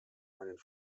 meinen